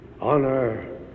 Honor